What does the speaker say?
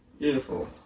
Beautiful